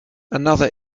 another